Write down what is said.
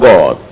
God